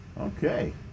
Okay